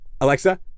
Alexa